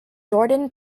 jordan